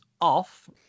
off